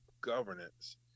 governance